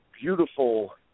beautiful